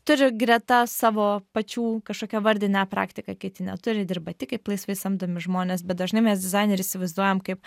turi greta savo pačių kažkokią vardinę praktiką kiti neturi dirba tik kaip laisvai samdomi žmonės bet dažnai mes dizainerį įsivaizduojam kaip